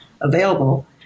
available